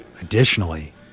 Additionally